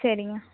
சரிங்க